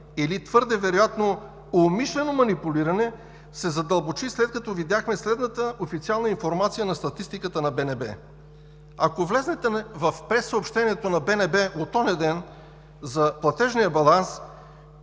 или твърде вероятно умишлено манипулиране, се задълбочиха, след като видяхме следната официална информация на статистиката на БНБ. Ако влезете в прессъобщението на БНБ от онзи ден за платежния баланс